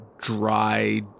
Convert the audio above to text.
dry